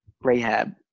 rehab